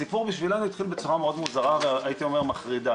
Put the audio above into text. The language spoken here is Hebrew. הסיפור בשבילנו התחיל בצורה מאוד מוזרה והייתי אומר מחרידה.